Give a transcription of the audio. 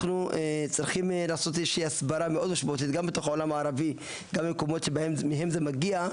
צריכים לבצע הסברה משמעותית בחברה הערבית ובמקומות בהם זה מתחיל,